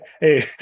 hey